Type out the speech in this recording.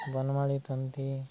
Banamali Tanti